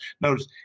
Notice